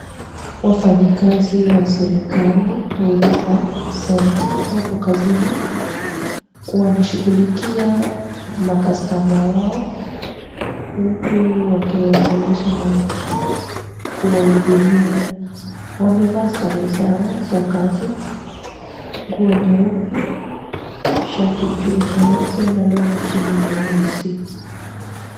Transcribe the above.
Wafanyikazi wa serikali wa Huduma center wapo kazini wanashughulikia macustomer wao huku wakiwaongelesha na kuwahudumia. Wamevaa sare zao za kazi nguo nyeupe, shati juu nyeupe na long'i chini nyeusi.